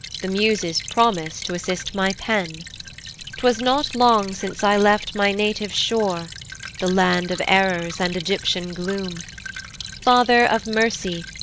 the muses promise to assist my pen twas not long since i left my native shore the land of errors, and egyptian gloom father of mercy,